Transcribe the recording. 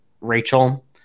rachel